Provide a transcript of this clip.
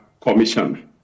Commission